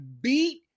beat